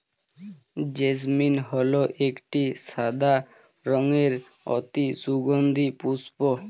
jasmine হল একটি সাদা রঙের অতি সুগন্ধি পুষ্প